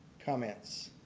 comments?